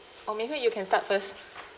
or mei hui you can start first